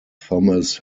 thomas